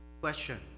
Question